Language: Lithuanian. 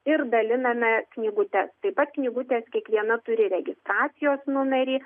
ir daliname knygutes taip pat knygutės kiekviena turi registracijos numerį